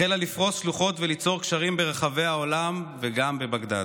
החלה לפרוס שלוחות וליצור קשרים ברחבי העולם וגם בבגדאד.